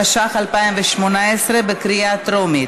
התשע"ח 2018, בקריאה טרומית.